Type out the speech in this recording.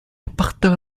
appartint